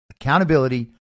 accountability